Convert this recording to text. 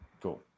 Cool